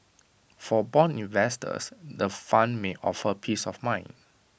for Bond investors the fund may offer peace of mind